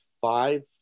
five